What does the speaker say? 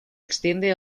extiende